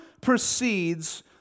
precedes